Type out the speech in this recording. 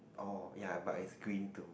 oh ya but is green too